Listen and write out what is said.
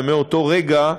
ומאותו רגע,